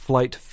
Flight